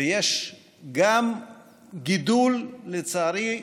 ויש גם גידול, לצערי,